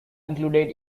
included